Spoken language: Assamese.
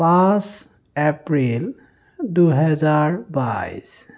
পাঁচ এপ্ৰিল দুহেজাৰ বাইছ